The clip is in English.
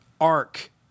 arc